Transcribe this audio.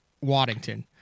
Waddington